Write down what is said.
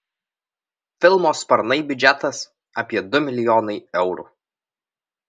filmo sparnai biudžetas apie du milijonai eurų